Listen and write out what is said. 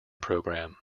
program